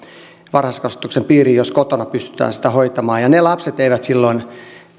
varhaiskasvatuksen piiriin jos kotona pystytään hoitamaan ja ne lapset eivät silloin